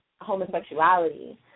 homosexuality